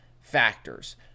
factors